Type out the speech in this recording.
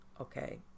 okay